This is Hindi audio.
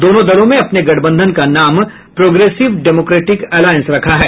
दोनों दलों में अपने गठबंधन का नाम प्रोग्रेसिव डेमोक्रेटिक एलायंस रखा है